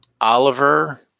Oliver